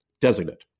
designate